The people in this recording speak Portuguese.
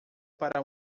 para